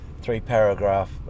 three-paragraph